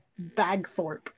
Bagthorpe